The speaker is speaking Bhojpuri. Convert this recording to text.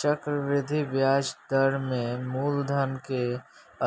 चक्रवृद्धि ब्याज दर में मूलधन के